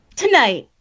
Tonight